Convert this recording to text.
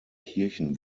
kirchen